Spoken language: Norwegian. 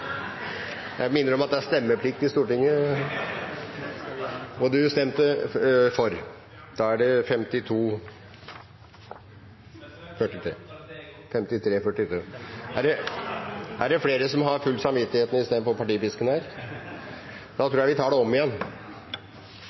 Jeg stemte ikke! Jeg minner om at det er stemmeplikt i Stortinget. President! Jeg stemte også feil. Er det flere som har fulgt samvittigheten i stedet for partipisken her? Da tror jeg vi tar voteringen om igjen.